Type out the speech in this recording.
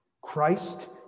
Christ